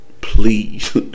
please